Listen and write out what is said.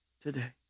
today